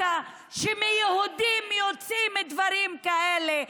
חבל שדווקא מיהודים יוצאים דברים כאלה.